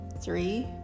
Three